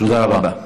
תודה רבה.